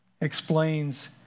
explains